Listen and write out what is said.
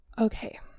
okay